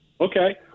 Okay